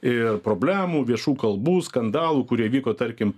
ir problemų viešų kalbų skandalų kurie vyko tarkim